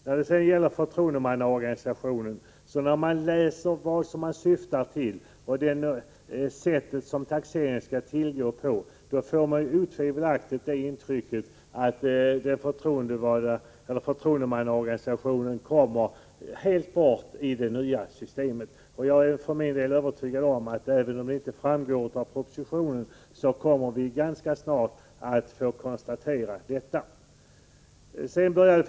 När jag läser vad regeringen syftar till och på vilket sätt taxeringen skall gå till får jag otvivelaktigt det intrycket att förtroendemannaorganisationen helt kommer bort i det nya systemet. Även om det inte framgår av propositionen att detta är tanken, är jag för min del övertygad om att vi ganska snart kommer att kunna konstatera att så har blivit fallet.